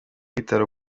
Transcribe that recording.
bitaro